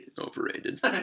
Overrated